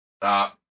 Stop